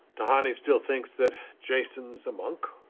tahani still thinks that jason's a monk.